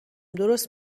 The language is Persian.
درست